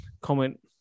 comment